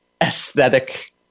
aesthetic